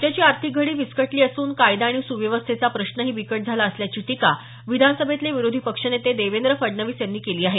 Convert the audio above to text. राज्याची आर्थिक घडी विस्कटली असून कायदा आणि सुव्यवस्थेचा प्रश्नही बिकट झाला असल्याची टीका विधानसभेतले विरोधी पक्षनेते देवेंद्र फडणवीस यांनी केली आहे